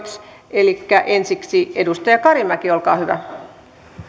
elikkä ensiksi edustaja karimäki olkaa hyvä